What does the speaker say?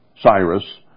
Cyrus